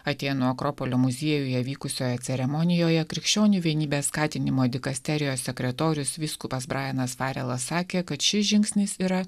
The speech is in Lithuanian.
atėnų akropolio muziejuje vykusioje ceremonijoje krikščionių vienybės skatinimo dikasterijos sekretorius vyskupas braenas farelas sakė kad šis žingsnis yra